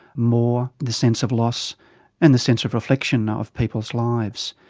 more the sense of loss and the sense of reflection ah of people's lives,